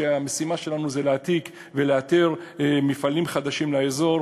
המשימה שלנו היא להעתיק ולאתר מפעלים חדשים לאזור.